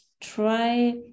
try